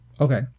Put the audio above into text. Okay